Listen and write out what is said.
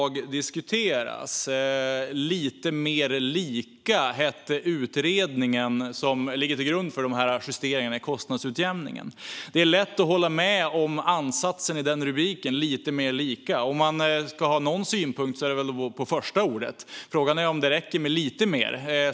Utredningen som ligger till grund för justeringarna i kostnadsutjämningen heter Lite mer lika . Det är lätt att instämma i ansatsen i rubriken Lite mer lika . Om man ska ha någon synpunkt är det väl på det första ordet, för frågan är om det räcker med lite mer.